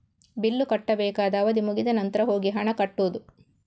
bill ಕಟ್ಟಬೇಕಾದ ಅವಧಿ ಮುಗಿದ ನಂತ್ರ ಹೋಗಿ ಹಣ ಕಟ್ಟುದು